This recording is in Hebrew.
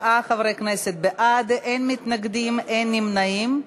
36 חברי כנסת בעד, אין מתנגדים ואין נמנעים.